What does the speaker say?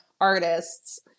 artists